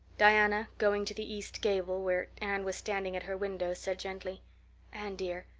diana, going to the east gable, where anne was standing at her window, said gently anne dear,